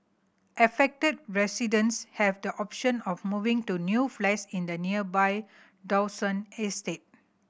affected residents have the option of moving to new flats in the nearby Dawson estate